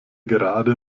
gerade